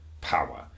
power